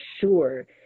sure